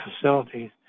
facilities